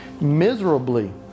miserably